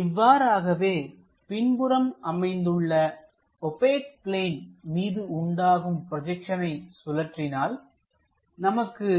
இவ்வாறாகவே பின்புறம் அமைந்துள்ள ஓபேக் பிளேன் மீது உண்டாகும் ப்ரொஜெக்ஷனை சுழற்றினால் நமக்கு